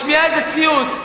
משמיעה איזה ציוץ,